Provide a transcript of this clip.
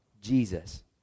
Jesus